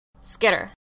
Skitter